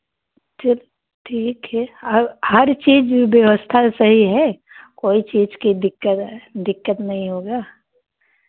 ठीक ठीक है अब हर चीज़ व्यवस्था सही है कोइ चीज के दिक्कत दिक्कत नहीं होगा